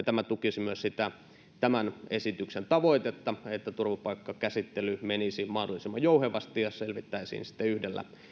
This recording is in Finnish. tämä tukisi myös sitä tämän esityksen tavoitetta että turvapaikkakäsittely menisi mahdollisimman jouhevasti ja selvittäisiin yhdellä